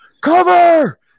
cover